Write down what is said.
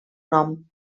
nom